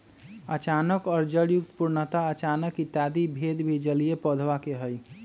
अचानक और जड़युक्त, पूर्णतः अचानक इत्यादि भेद भी जलीय पौधवा के हई